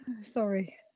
Sorry